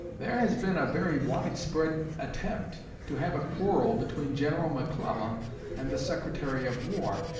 there has been a very wide-spread attempt to have a quarrel between general mcclellan and the secretary of war.